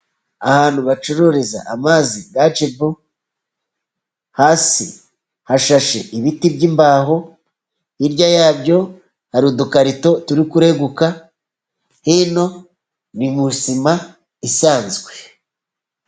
Ahantu bacururiza amazi ya Jibu, hasi hashashe ibiti by'imbaho, hirya yabyo hari udukarito turi kureguka, hino ni mu isima isanzwe.